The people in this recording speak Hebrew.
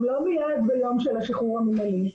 גם לא מיד ביום של השחרור המנהלי,